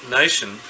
nation